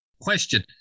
Question